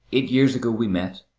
eight years ago we met.